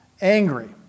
angry